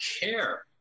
care